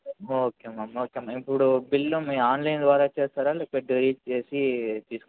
okay ma'am okay ma'am ఇప్పుడు bill మీరు online ద్వారా చేస్తారా లేక చేసి తీసుకుంటారా